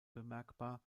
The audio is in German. bemerkbar